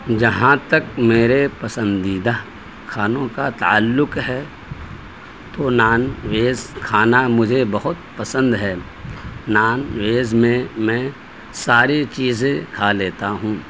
جہاں تک میرے پسندیدہ کھانوں کا تعلق ہے تو نان ویز کھانا مجھے بہت پسند ہے نان ویز میں میں ساری چیزیں کھا لیتا ہوں